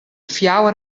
fjouwer